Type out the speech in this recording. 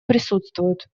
присутствуют